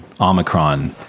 Omicron